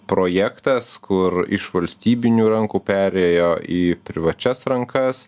projektas kur iš valstybinių rankų perėjo į privačias rankas